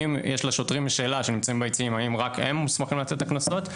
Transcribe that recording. האם רק שוטרים שנמצאים ביציעים מוסמכים לתת את הקנסות.